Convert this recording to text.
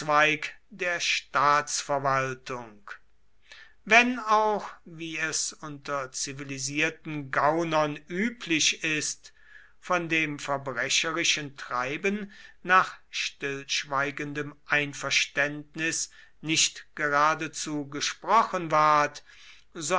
der staatsverwaltung wenn auch wie es unter zivilisierten gaunern üblich ist von dem verbrecherischen treiben nach stillschweigendem einverständnis nicht geradezu gesprochen ward